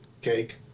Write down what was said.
Cake